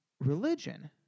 Religion